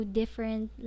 different